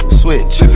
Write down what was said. switch